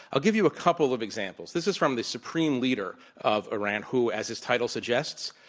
i'll give you a couple of examples. this is from the supreme leader of iran, who, as his title suggests,